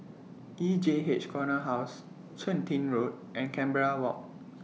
E J H Corner House Chun Tin Road and Canberra Walk